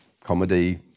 comedy